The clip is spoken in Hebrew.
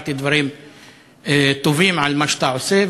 אמרתי דברים טובים על מה שאתה עושה,